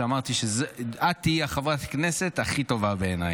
אמרתי שאת תהיי חברת הכנסת הכי טובה בעיניי.